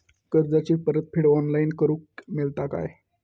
कर्जाची परत फेड ऑनलाइन करूक मेलता काय?